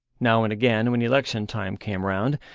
now and again, when election time came round,